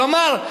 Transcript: כלומר,